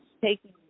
taking